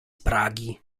pragi